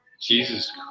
jesus